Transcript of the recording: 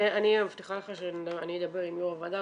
אני מבטיחה לך שאני אדבר עם יו"ר הוועדה